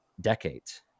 decades